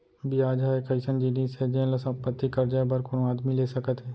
बियाज ह एक अइसन जिनिस हे जेन ल संपत्ति, करजा बर कोनो आदमी ले सकत हें